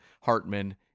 Hartman